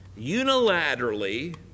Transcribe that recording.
unilaterally